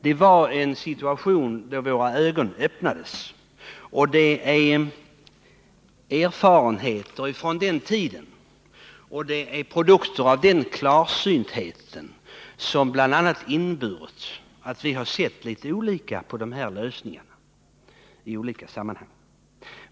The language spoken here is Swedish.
Det var i den situationen våra ögon öppnades, och det är bl.a. erfarenheten från den tiden och produkter av den klarsyntheten som inneburit att vi har sett litet olika på de här lösningarna.